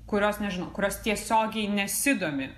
kurios nežinau kurios tiesiogiai nesidomi